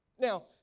Now